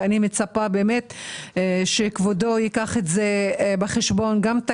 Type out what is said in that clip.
ואני מצפה שכבודו ייקח את זה בחשבון גם מבחינה